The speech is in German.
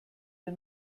wir